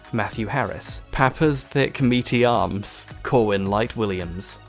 matthew harris, papa's thick meaty arms, corwin light williams,